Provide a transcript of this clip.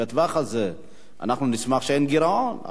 בטווח הזה אנחנו נשמח שאין גירעון,